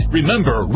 Remember